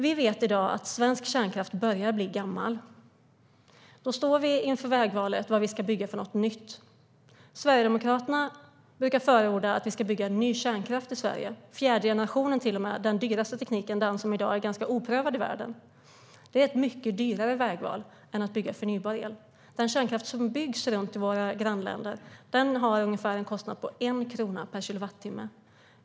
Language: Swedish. Vi vet i dag att svensk kärnkraft börjar att bli gammal. Då står vi inför vägvalet vad vi ska bygga för något nytt. Sverigedemokraterna brukar förorda att vi ska bygga ny kärnkraft i Sverige, fjärde generationen till och med, den dyraste tekniken och den som i dag är ganska oprövad i världen. Det är ett mycket dyrare vägval än att bygga förnybar el. Den kärnkraft som byggs runt om i våra grannländer har en kostnad på ungefär 1 krona per kilowattimme.